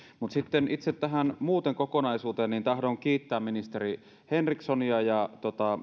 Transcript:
mutta sitten itse tähän muuhun kokonaisuuteen tahdon kiittää ministeri henrikssonia ja